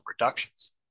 reductions